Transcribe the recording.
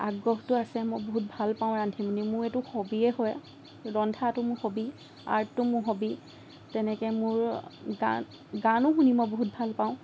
আগ্ৰহটো আছে মই বহুত ভাল পাওঁ ৰান্ধি মেলি মোৰ এইটো হবিয়ে হয় ৰন্ধাটো মোৰ হবি আৰ্টটো মোৰ হবি তেনেকে মোৰ গান গানো শুনি মই বহুত ভাল পাওঁ সেয়াই